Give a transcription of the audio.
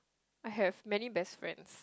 I have many best friends